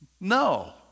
No